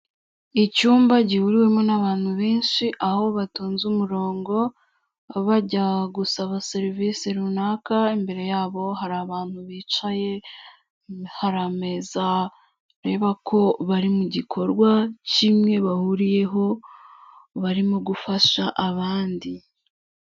Icyumba gihuriwemo n'abantu benshi aho batonze umurongo bajya gusaba serivisi runaka, imbere yabo hari abantu bicaye, hari ameza, ureba ko bari mu gikorwa kimwe bahuriyeho, barimo gufasha abandi.